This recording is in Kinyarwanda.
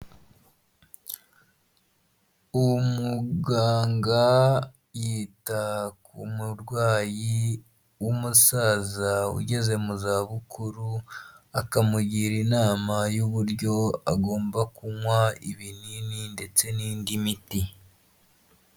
Umuganga yita ku murwayi w'umusaza ugeze mu za bukuru akamugira inama y'uburyo agomba kunywa ibinini ndetse n'indi miti.